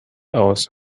aus